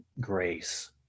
grace